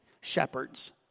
shepherds